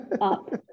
up